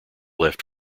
left